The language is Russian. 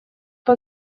раз